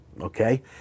okay